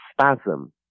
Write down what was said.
spasm